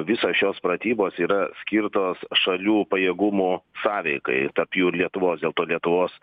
visos šios pratybos yra skirtos šalių pajėgumų sąveikai tarp jų ir lietuvos dėl to lietuvos